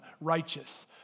righteous